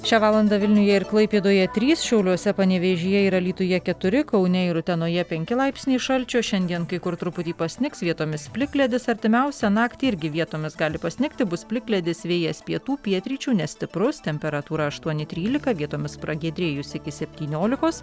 šią valandą vilniuje ir klaipėdoje trys šiauliuose panevėžyje ir alytuje keturi kaune ir utenoje penki laipsniai šalčio šiandien kai kur truputį pasnigs vietomis plikledis artimiausią naktį irgi vietomis gali pasnigti bus plikledis vėjas pietų pietryčių nestiprus temperatūra aštuoni trylika vietomis pragiedrėjus iki septyniolikos